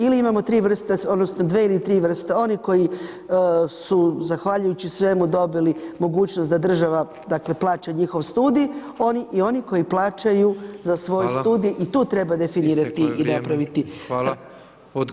Ili imamo tri odnosno dvije ili tri vrste oni koji su zahvaljujući svemu dobili mogućnost da država dakle plaća njihov studij i oni koji plaćaju za svoj studij [[Upadica: Hvala.]] i tu treba [[Upadica: Isteklo je vrijeme.]] definirati i napraviti…